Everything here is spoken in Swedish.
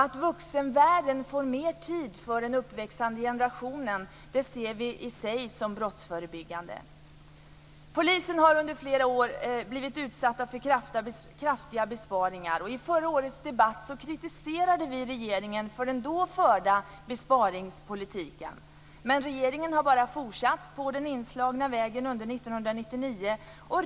Att vuxenvärlden får mer tid för den uppväxande generationen ser vi i sig som brottsförebyggande. Polisen har under flera år blivit utsatt för kraftiga besparingar. I förra årets debatt kritiserade vi regeringen för den då förda besparingspolitiken. Men regeringen har bara fortsatt på den inslagna vägen under 1999.